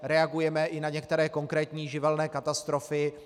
Reagujeme i na některé konkrétní živelní katastrofy.